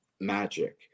magic